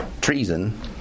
treason